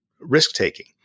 risk-taking